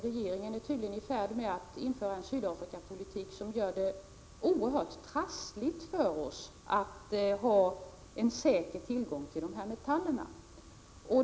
Regeringen är tydligen i färd med att införa en Sydafrikapolitik, som gör det oerhört trassligt att säkerställa tillgång till dessa metaller.